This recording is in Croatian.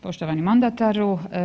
Poštovani mandataru.